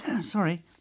Sorry